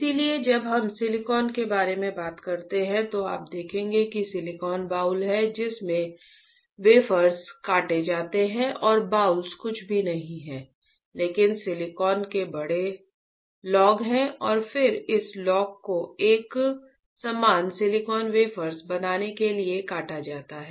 इसलिए जब हम सिलिकॉन के बारे में बात करते हैं तो आप देखेंगे कि सिलिकॉन बाउल है जिसमें से वेफर्स काटे जाते हैं और बाउल कुछ भी नहीं हैं लेकिन सिलिकॉन के बड़े लॉग हैं और फिर इस लॉग को एक समान सिलिकॉन वेफर्स बनाने के लिए काटा जाता है